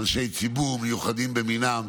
אנשי ציבור מיוחדים במינם,